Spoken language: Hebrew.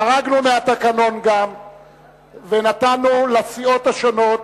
גם חרגנו מהתקנון ונתנו לסיעות השונות,